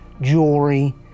jewelry